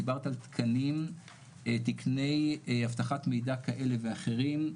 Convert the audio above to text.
דיברת על תקני אבטחת מידע כאלה ואחרים.